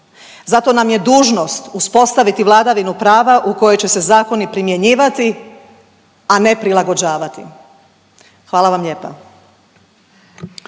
Zato nam je dužnost uspostaviti vladavinu prava u kojoj će se zakoni primjenjivati, a ne prilagođavati. Hvala vam lijepa.